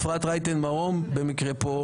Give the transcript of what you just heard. אפרת רייטן מרום כאן.